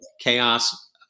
chaos